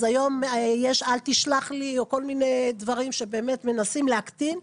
אז היום יש "אל תשלח לי" או כל מיני דברים שבאמת מנסים להקטין,